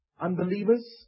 unbelievers